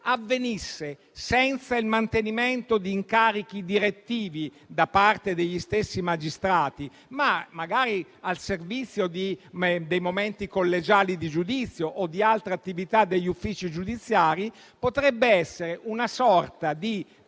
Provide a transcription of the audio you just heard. avvenisse senza il mantenimento di incarichi direttivi da parte degli stessi magistrati, ma magari al servizio dei momenti collegiali di giudizio o di altre attività degli uffici giudiziari, potrebbe essere una sorta di